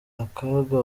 akaga